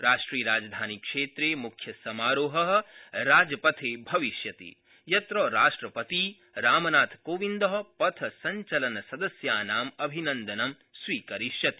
राष्ट्रियराजधानीक्षेत्रे मुख्यसमारोह राजपथे भविष्यति यत्र राष्ट्रपती रामनाथकोविन्द पथसञ्चलसदस्यानां अभिनन्दनं स्वीकरिष्यति